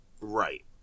Right